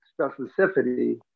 specificity